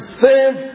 save